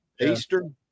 Eastern